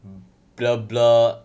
blur blur